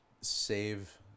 save